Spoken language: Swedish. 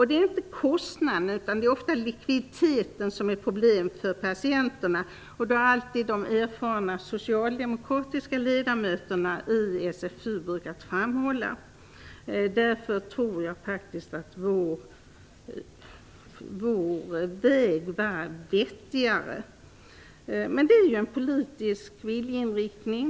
Det är inte kostnaden, utan ofta likviditeten som är problem för patienterna. Det har alltid de erfarna socialdemokratiska ledamöterna i socialförsäkringsutskottet brukat framhålla. Därför tror jag faktiskt att vår väg var vettigare. Men det är en politisk viljeinriktning.